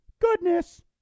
Goodness